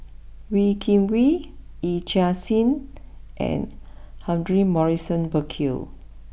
Wee Kim Wee Yee Chia Hsing and Humphrey Morrison Burkill